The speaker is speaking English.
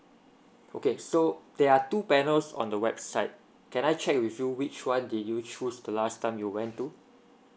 okay so there are two panels on the website can I check with you which one did you choose the last time you went to